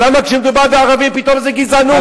אז למה כשמדובר בערבים פתאום זה גזענות?